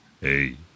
Hey